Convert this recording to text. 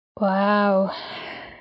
Wow